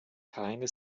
keine